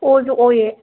ꯑꯣꯁꯨ ꯑꯣꯏꯌꯦ